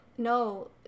No